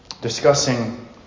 discussing